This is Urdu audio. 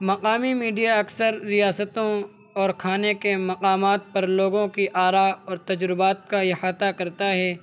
مقامی میڈیا اکثر ریاستوں اور کھانے کے مقامات پر لوگوں کی آراء اور تجربات کا احاطہ کرتا ہے